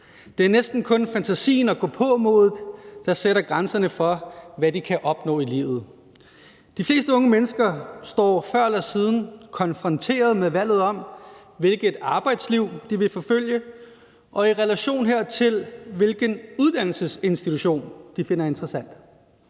Det er næsten kun fantasien og gåpåmodet, der sætter grænserne for, hvad de kan opnå i livet. De fleste unge mennesker står før eller siden konfronteret med valget om, hvilket arbejdsliv de vil forfølge, og i relation hertil, hvilken uddannelsesinstitution de finder interessant.